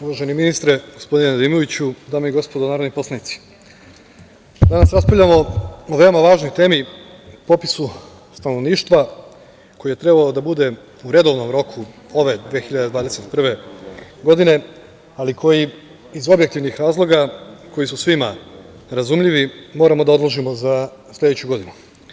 Uvaženi ministre gospodine Nedimoviću, dame i gospodo narodni poslanici, danas raspravljamo o veoma važnoj temi, popisu stanovništva koji je trebao da bude u redovnom roku ove 2021. godine, ali koji iz objektivnih razloga koji su svima razumljivi moramo da odložimo za sledeću godinu.